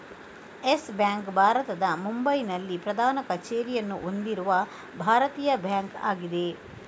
Yes Bank ಭಾರತದ ಮುಂಬೈನಲ್ಲಿ ಪ್ರಧಾನ ಕಚೇರಿಯನ್ನು ಹೊಂದಿರುವ ಭಾರತೀಯ ಬ್ಯಾಂಕ್ ಆಗಿದೆ